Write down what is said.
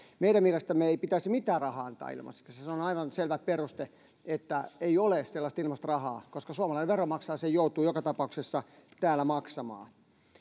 meidän mielestämme ei pitäisi mitään rahaa antaa ilmaiseksi se on aivan selvä peruste että ei ole sellaista ilmaista rahaa koska suomalainen veronmaksaja sen joutuu joka tapauksessa täällä maksamaan